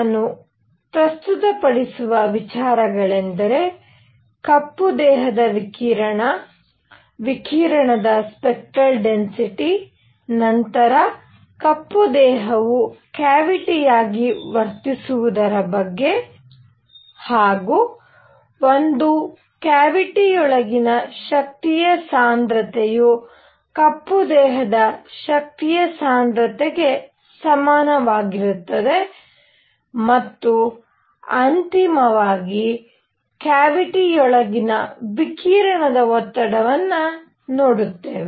ನಾನು ಪ್ರಸ್ತುತಪಡಿಸುವ ವಿಚಾರಗಳೆಂದರೆ ಕಪ್ಪು ದೇಹದ ವಿಕಿರಣ ವಿಕಿರಣದ ಸ್ಪೆಕ್ಟರಲ್ ಡೆನ್ಸಿಟಿ ನಂತರ ಕಪ್ಪು ದೇಹವು ಕ್ಯಾವಿಟಿಯಾಗಿ ವರ್ತಿಸುವುದರ ಬಗ್ಗೆ ಹಾಗೂ ಒಂದು ಕ್ಯಾವಿಟಿಯೊಳಗಿನ ಶಕ್ತಿಯ ಸಾಂದ್ರತೆಯು ಕಪ್ಪು ದೇಹದ ಶಕ್ತಿಯ ಸಾಂದ್ರತೆಗೆ ಸಮನಾಗಿರುತ್ತದೆ ಮತ್ತು ಅಂತಿಮವಾಗಿ ಕ್ಯಾವಿಟಿ ಯೊಳಗಿನ ವಿಕಿರಣದ ಒತ್ತಡವನ್ನು ನೋಡುತ್ತೇವೆ